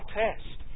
test